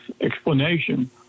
explanation